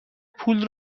پول